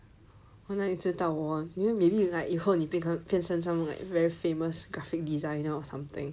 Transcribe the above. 我哪里知道 maybe you like maybe 以后你变成 someone like very famous graphic designer or something